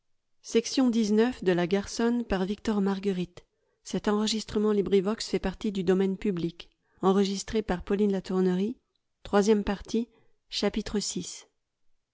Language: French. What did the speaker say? de la matière